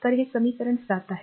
तर हे समीकरण 7 आहे